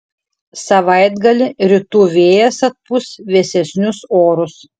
savaitgalį rytų vėjas atpūs vėsesnius orus